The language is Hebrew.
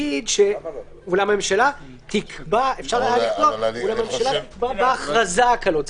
שהממשלה תקבע בהכרזה הקלות.